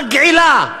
מגעילה,